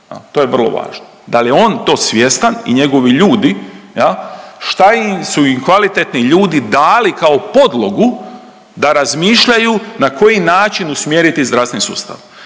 to je vrlo važno, da li je on to svjestan i njegovi ljudi jel šta im su kvalitetni ljudi dali kao podlogu da razmišljaju na koji način usmjeriti zdravstveni sustav